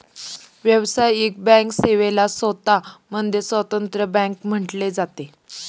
व्यावसायिक बँक सेवेला स्वतः मध्ये स्वतंत्र बँक म्हटले जाते